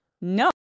No